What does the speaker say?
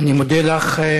אני מודה לך.